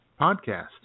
podcast